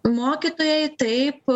mokytojai taip